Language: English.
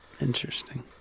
Interesting